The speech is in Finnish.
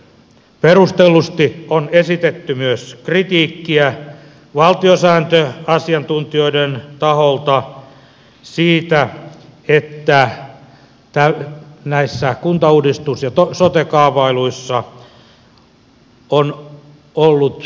perustellusti on esitetty myös kritiikkiä valtiosääntöasiantuntijoiden taholta siitä että näissä kuntauudistus ja sote kaavailuissa on ollut piittaamattomuutta perustuslaista